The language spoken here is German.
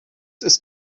ist